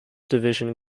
division